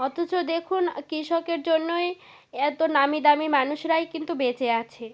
অথচ দেখুন কৃষকের জন্যই এতো নামি দামি মানুষরাই কিন্তু বেঁচে আছে